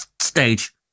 stage